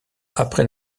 après